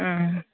ம்